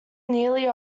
nearly